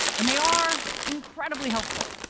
and they are incredibly helpful.